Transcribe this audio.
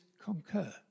concur